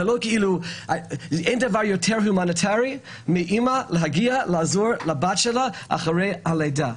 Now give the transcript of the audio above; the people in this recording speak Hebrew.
אין דבר יותר הומניטרי מאמא שמגיעה לעזור לבת שלה אחרי הלידה.